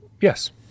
Yes